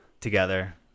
together